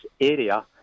area